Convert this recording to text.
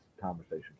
conversation